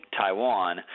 Taiwan